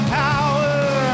power